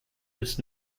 its